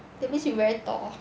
that means you very tall